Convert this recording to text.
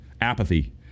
apathy